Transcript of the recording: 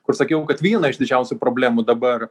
kur sakiau kad viena iš didžiausių problemų dabar